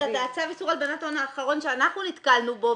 צו איסור הלבנת הון האחרון שאנחנו נתקלנו בו,